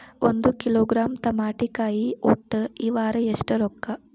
ಒಂದ್ ಕಿಲೋಗ್ರಾಂ ತಮಾಟಿಕಾಯಿ ಒಟ್ಟ ಈ ವಾರ ಎಷ್ಟ ರೊಕ್ಕಾ?